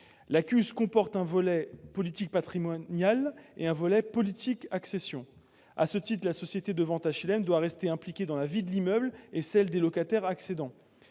la CUS, comporte un volet « politique patrimoniale » et un volet « politique d'accession ». À ce titre la société de vente d'HLM doit rester impliquée dans la vie de l'immeuble et de celle des locataires accédants.